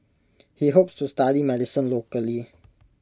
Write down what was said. he hopes to study medicine locally